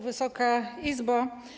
Wysoka Izbo!